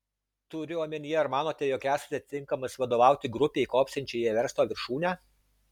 turiu omenyje ar manote jog esate tinkamas vadovauti grupei kopsiančiai į everesto viršūnę